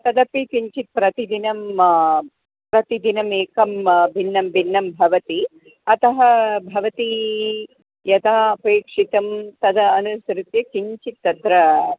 तदपि किञ्चित् प्रतिदिनं प्रतिदिनम् एकं भिन्नं भिन्नं भवति अतः भवती यदा अपेक्षितं तदा अनुसृत्य किञ्चित् तत्र